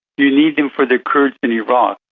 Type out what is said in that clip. you need them for the kurds in iraq.